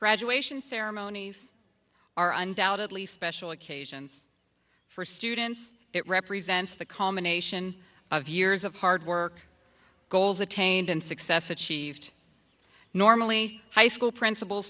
graduation ceremonies are undoubtedly special occasions for students it represents the combination of years of hard work goals attained and success achieved normally high school principal